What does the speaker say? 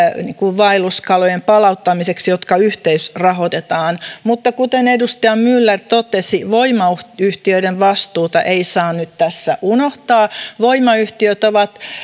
vaelluskalojen palauttamiseksi jotka yhteisrahoitetaan mutta kuten edustaja myller totesi voimayhtiöiden vastuuta ei saa nyt tässä unohtaa voimayhtiöt ovat